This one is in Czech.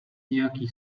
nějaký